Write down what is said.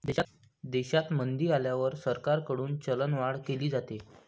देशात मंदी आल्यावर सरकारकडून चलनवाढ केली जाते